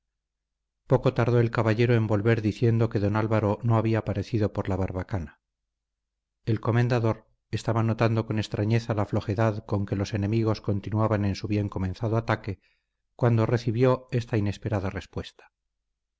poco tardó el caballero en volver diciendo que don álvaro no había parecido por la barbacana el comendador estaba notando con extrañeza la flojedad con que los enemigos continuaban en su bien comenzado ataque cuando recibió esta inesperada respuesta